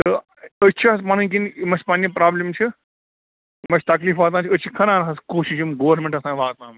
تہٕ أسۍ چھِ حظ پَنٕنۍ کِنۍ یِم اَسہِ پَنٕنہِ پرٛابلِم چھِ یِم اَسہِ تکلیٖف واتان چھِ أسۍ چھِ کھنان حظ کوٗشِش یِم گورمِنٹَس تام واتناوٕنۍ